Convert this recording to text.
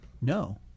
No